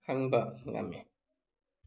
ꯈꯪꯕ ꯉꯝꯃꯤ